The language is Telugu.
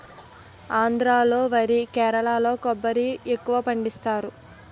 ఆంధ్రా లో వరి కేరళలో కొబ్బరి ఎక్కువపండిస్తారు